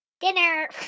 Dinner